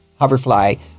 hoverfly